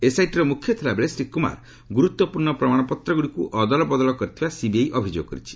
ଏସ୍ଆଇଟିର ମୁଖ୍ୟ ଥିଲାବେଳେ ଶ୍ରୀ କୁମାର ଗୁରୁତ୍ୱପୂର୍ଣ୍ଣ ପ୍ରମାଣପତ୍ରଗୁଡ଼ିକୁ ଅଦଳ ବଦଳ କରିଥିବା ସିବିଆଇ ଅଭିଯୋଗ କରିଛି